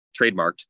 trademarked